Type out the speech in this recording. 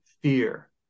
Fear